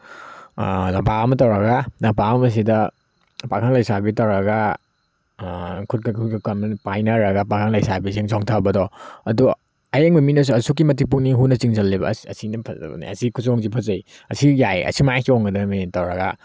ꯂꯝꯄꯥꯛ ꯑꯃ ꯇꯧꯔꯒ ꯂꯝꯄꯥꯛ ꯑꯃꯁꯤꯗ ꯄꯥꯈꯪ ꯂꯩꯁꯥꯕꯤ ꯇꯧꯔꯒ ꯈꯨꯠꯀ ꯈꯨꯠꯀ ꯄꯥꯏꯅꯔꯒ ꯄꯥꯈꯪ ꯂꯩꯁꯥꯕꯤꯁꯤꯡ ꯆꯣꯡꯊꯕꯗꯣ ꯑꯗꯣ ꯑꯌꯦꯡꯕ ꯃꯤꯅꯁꯨ ꯑꯁꯨꯛꯀꯤ ꯃꯇꯤꯛ ꯄꯨꯛꯅꯤꯡ ꯍꯨꯅ ꯆꯤꯡꯁꯤꯜꯂꯦꯕ ꯑꯁ ꯑꯁꯤꯅ ꯐꯖꯕꯅꯤ ꯑꯁꯤ ꯈꯨꯆꯣꯡꯁꯤ ꯐꯖꯩ ꯑꯁꯤ ꯌꯥꯏ ꯑꯁꯨꯃꯥꯏꯅ ꯆꯣꯡꯒꯗꯕꯅꯤ ꯇꯧꯔꯒ